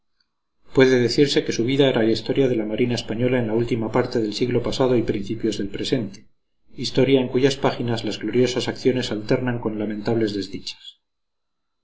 puede decirse que su vida era la historia de la marina española en la última parte del siglo pasado y principios del presente historia en cuyas páginas las gloriosas acciones alternan con lamentables desdichas